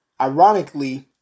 ironically